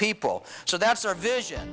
people so that's our vision